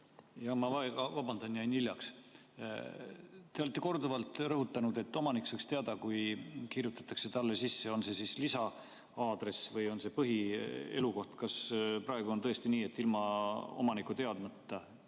Vabandust! Jäin hiljaks. Te olete korduvalt rõhutanud, et omanik saaks teada, kui kirjutatakse ennast tema juurde sisse, on see siis lisa-aadress või on see põhielukoht. Kas praegu on tõesti nii, et ilma omaniku teadmata